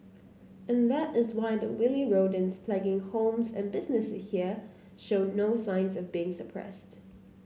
and that is why the wily rodents plaguing homes and businesses here show no signs of being suppressed